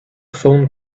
phone